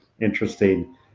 interesting